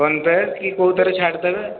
phone pay କି କେଉଁଥିରେ ଛାଡ଼ିଦେବେ